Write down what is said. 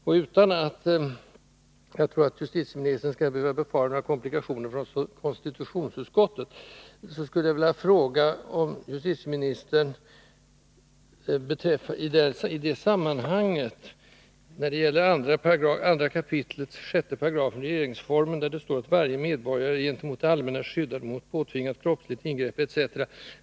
Jag skulle vilja fråga justitieministern — utan att jag tror att han skall behöva befara några komplikationer från konstitutionsutskottet — om justitieministern i detta sammanhang kan ge sin tolkning beträffande 2 kap. 6§ regeringsformen. Där står: ”Varje medborgare är gentemot det allmänna skyddad mot påtvingat kroppsligt ingrepp —-—--.